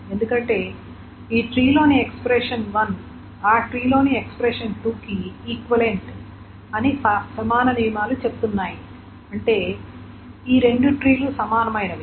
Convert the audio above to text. ఎందుకంటే ఈ ట్రీ లోని ఎక్స్ప్రెషన్1 ఆ ట్రీ లలోని ఎక్స్ప్రెషన్2 కి ఈక్వివలెంట్ అని సమాన నియమాలు చెబుతున్నాయి అంటే ఈ రెండు ట్రీ లు సమానమైనవి